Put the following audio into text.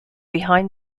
behind